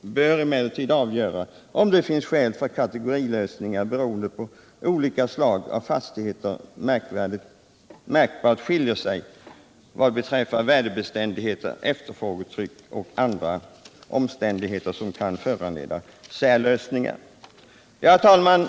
bör emellertid avgöra om det finns skäl för kategorilösningar beroende på att olika slag av fastigheter märkbart skiljer sig vad beträffar värdebeständighet, efterfrågetryck eller andra omständigheter som kan föranleda särlösningar. Herr talman!